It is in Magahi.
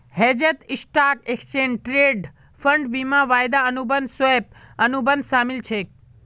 हेजत स्टॉक, एक्सचेंज ट्रेडेड फंड, बीमा, वायदा अनुबंध, स्वैप, अनुबंध शामिल छेक